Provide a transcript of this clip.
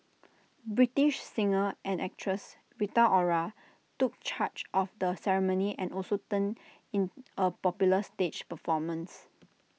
British singer and actress Rita Ora took charge of the ceremony and also turned in A popular stage performance